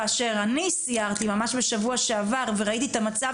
כאשר אני סיירתי בשבוע שעבר וראיתי את המצב